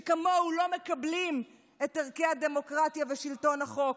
שכמוהו לא מקבלים את ערכי הדמוקרטיה ושלטון החוק,